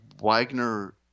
Wagner